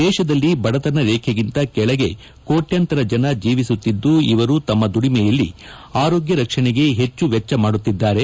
ದೇತದಲ್ಲಿ ಬಡತನ ರೇಬೆಗಿಂತ ಕೆಳಗೆ ಕೋಟ್ಕಾಂತರ ಜನ ಜೇವಿಸುತ್ತಿದ್ದು ಇವರು ತಮ್ಮ ದುಡಿಮೆಯಲ್ಲಿ ಆರೋಗ್ಯ ರಕ್ಷಣೆಗೆ ಹೆಚ್ಚು ವೆಚ್ಚ ಮಾಡುತ್ತಿದ್ದಾರೆ